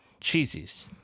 Cheesies